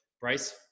Bryce